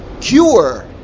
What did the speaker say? cure